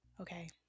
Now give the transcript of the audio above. okay